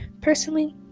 personally